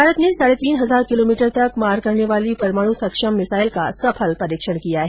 भारत ने साढे तीन हजार किलोमीटर तक मार करने वाली परमाणु सक्षम मिसाईल का सफल परीक्षण किया है